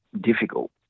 difficult